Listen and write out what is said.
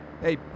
Hey